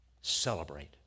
celebrate